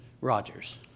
Rogers